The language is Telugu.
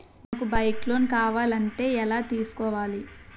నాకు బైక్ లోన్ కావాలంటే ఎలా తీసుకోవాలి?